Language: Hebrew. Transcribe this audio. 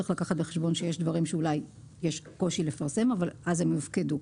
צריך לקחת בחשבון שיש דברים שאולי יש קושי לפרסם אותם אבל אז הם יופקדו.